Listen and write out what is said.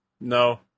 No